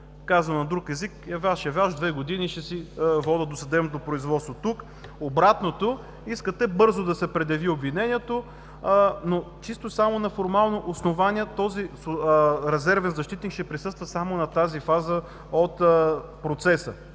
казано на друг език, яваш-яваш две години ще си водят досъдебното производство. Тук – обратното, искате бързо да се предяви обвинението, но чисто само на формално основание този резервен защитник ще присъства само на тази фаза от